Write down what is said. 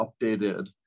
updated